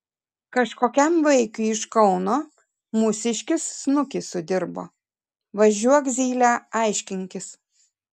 kažkokiam vaikiui iš kauno mūsiškis snukį sudirbo važiuok zyle aiškinkis